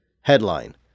Headline